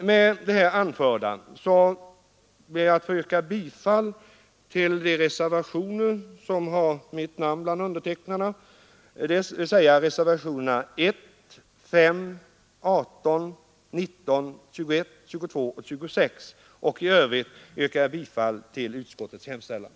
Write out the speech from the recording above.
Med det anförda ber jag att få yrka bifall till de reservationer som jag har varit med om att underteckna, dvs. reservatio